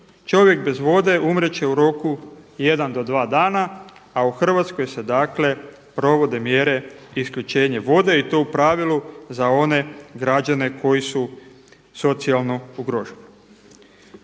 Čovjek bez vode umrijet će u roku jedan do dva dana, a u Hrvatskoj se dakle provode mjere isključenje vode i to u pravilu za one građane koji su socijalno ugroženi.